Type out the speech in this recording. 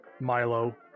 Milo